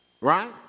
right